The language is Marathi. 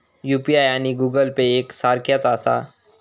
यू.पी.आय आणि गूगल पे एक सारख्याच आसा?